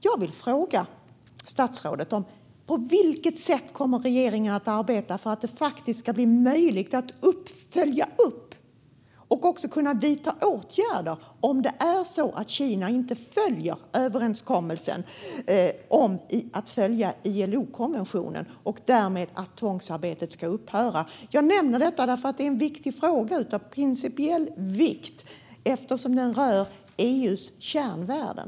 Jag vill fråga statsrådet på vilket sätt regeringen kommer att arbeta för att det faktiskt ska bli möjligt att följa upp och också vidta åtgärder om det är så att Kina inte följer överenskommelsen om att följa ILO-konventionen och att tvångsarbetet därmed ska upphöra. Jag nämner detta då det är en principiellt viktig fråga eftersom den rör EU:s kärnvärden.